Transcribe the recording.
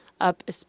up